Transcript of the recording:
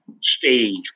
stage